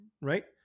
right